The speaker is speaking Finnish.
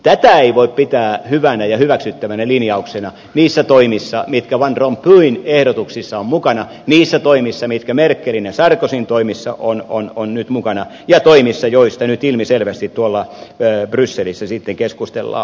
tätä ei voi pitää hyvänä ja hyväksyttävänä linjauksena niissä toimissa mitkä van rompuyn ehdotuksissa ovat mukana niissä toimissa mitkä merkelin ja sarkozyn toimissa ovat nyt mukana ja toimissa joista nyt ilmiselvästi tuolla brysselissä sitten keskustellaan